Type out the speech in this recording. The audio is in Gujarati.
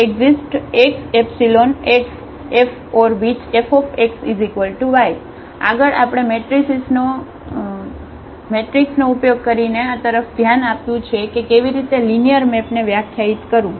Ker Fx∈XFx0 Im Fy∈Ythereexistsx∈XforwhichFxy આગળ આપણે મેટ્રિસિસનો ઉપયોગ કરીને આ તરફ ધ્યાન આપ્યું છે કે કેવી રીતે લિનિયર મેપને વ્યાખ્યાયિત કરવું